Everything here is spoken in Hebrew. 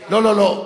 לא לא לא,